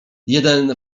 jeden